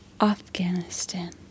Afghanistan